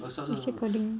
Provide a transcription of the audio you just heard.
oh stop stop stop